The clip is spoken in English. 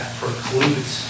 precludes